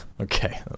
Okay